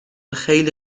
خیلی